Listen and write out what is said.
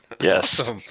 yes